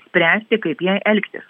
spręsti kaip jai elgtis